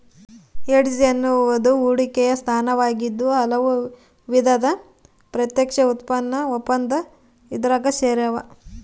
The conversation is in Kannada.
ಹೆಡ್ಜ್ ಎನ್ನುವುದು ಹೂಡಿಕೆಯ ಸ್ಥಾನವಾಗಿದ್ದು ಹಲವು ವಿಧದ ಪ್ರತ್ಯಕ್ಷ ಉತ್ಪನ್ನ ಒಪ್ಪಂದ ಇದ್ರಾಗ ಸೇರ್ಯಾವ